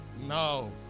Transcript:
No